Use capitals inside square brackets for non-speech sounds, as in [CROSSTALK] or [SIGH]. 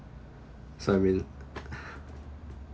so I mean [LAUGHS]